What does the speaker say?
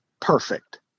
perfect